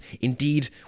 indeed